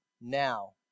now